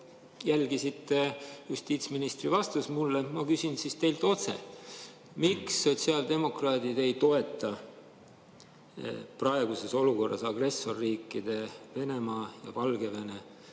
jälgisite justiitsministri vastust mulle, siis ma küsin teilt otse: miks sotsiaaldemokraadid ei toeta praeguses olukorras agressorriikide, Venemaa ja Valgevene